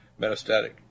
metastatic